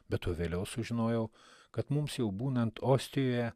be to vėliau sužinojau kad mums jau būnant ostijoje